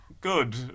good